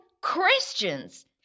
Christians